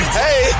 hey